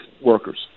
workers